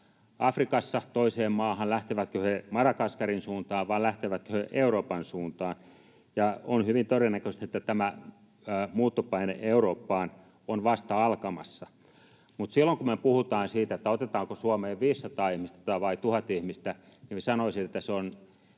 Afrikassa toiseen maahan, lähtevätkö he Madagaskarin suuntaan, vai lähtevätkö he Euroopan suuntaan? Ja on hyvin todennäköistä, että tämä muuttopaine Eurooppaan on vasta alkamassa. Mutta silloin, kun me puhutaan siitä, otetaanko Suomeen 500 ihmistä vai 1 000 ihmistä, minä sanoisin, että se on